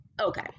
okay